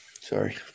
Sorry